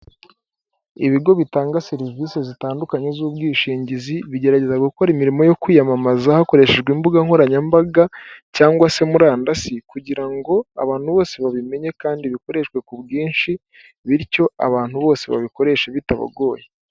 Ibigo bitanga serivisi zitandukanye z'ubwishingizi bigerageza gukora imirimo yo kwiyamamaza hakoreshejwe imbuga nkoranyambaga cyangwa se murandasi kugira ngo abantu bose babimenye kandi bikoreshwe ku bwinshi bityo abantu bose babikoreshe bitagoye.